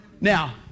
Now